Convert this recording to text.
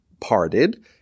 parted